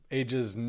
ages